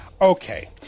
okay